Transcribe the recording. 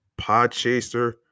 Podchaser